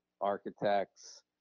architects